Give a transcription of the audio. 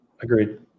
Agreed